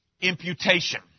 imputation